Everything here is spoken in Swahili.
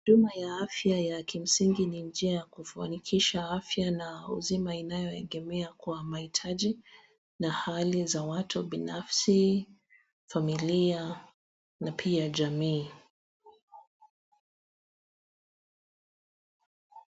Huduma ya afya ya kimsingi ni njia ya kufanikisha afya na uzima inayoelekea kwa mahitaji na hali za watu binafsi, familia na pia jamii.